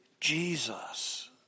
Jesus